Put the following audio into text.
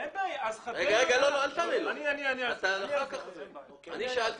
בנתניה עצמה יש תחנת